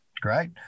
Great